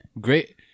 Great